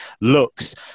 looks